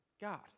God